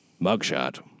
mugshot